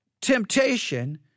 temptation